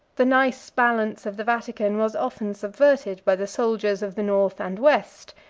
the nice balance of the vatican was often subverted by the soldiers of the north and west,